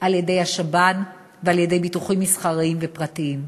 על-ידי השב"ן ועל-ידי ביטוחים מסחריים ופרטיים,